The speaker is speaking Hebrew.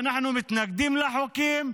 ואנחנו מתנגדים לחוקים,